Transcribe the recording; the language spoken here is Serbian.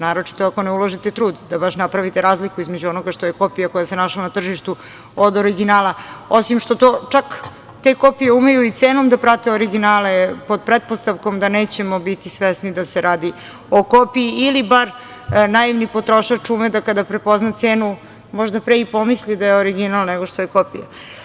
Naročito ako ne uložite trud da baš napravite razliku između onoga što je kopija, koja se našla na tržištu od originala, osim što to čak i te kopije umeju cenom da prate originale, pod pretpostavkom da nećemo biti svesni da se radi o kopiji ili bar naivni potrošač ume da kada prepozna cenu možda pre i pomisli da je original nego što je kopija.